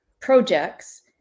projects